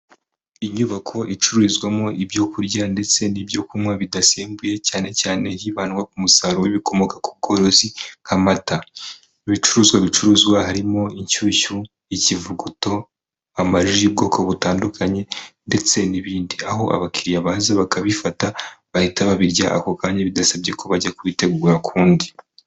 Inyubako icururizwamo ibyo kurya ndetse n'ibyo kunywa bidasembuye cyane cyane hibandwa ku musaruro w'ibikomoka ku bworozi nk'amata. Ibicuruzwa bicuruzwa harimo; inshyushyu, ikivuguto, amaji y'ubwoko butandukanye ndetse n'ibindi. Aho abakiriya baza bakabifata bahita babirya ako kanya, bidasabye ko bajya kubitegura ukundi.